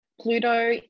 Pluto